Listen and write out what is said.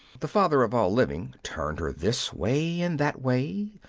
the father of all living turned her this way and that way,